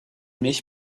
mich